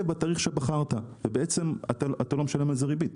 בתאריך שבחרת ואתה לא משלם על זה ריבית.